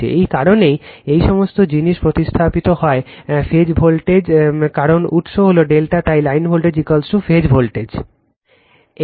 এই কারণেই এই সমস্ত জিনিস প্রতিস্থাপিত হয় ফেজ ভোল্টেজ কারণ উৎস হল ∆ তাই লাইন ভোল্টেজ ফেজ ভোল্টেজ